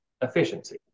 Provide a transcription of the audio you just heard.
efficiency